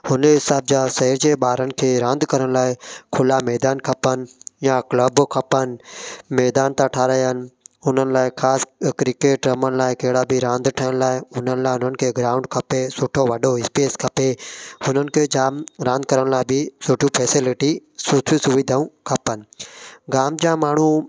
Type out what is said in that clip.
हुन हिसाब जा शहर जे ॿारनि खे रांदि करण लाइ खुला मैदान खपनि या क्लब खपनि मैदान था ठाराहिनि हुननि लाइ ख़ासि क्रिकेट रमण लाइ कहिड़ा बि रांदि ठहण लाइ हुननि लाइ हुननि खे ग्राऊंड खपे सुठो वॾो स्टेज खपे हुननि खे जामु रांदि करण लाइ बि सुठियूं फेसेलिटी सुठियूं सुविधाऊं खपनि गाम जा माण्हू